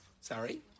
Sorry